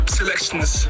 selections